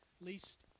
Least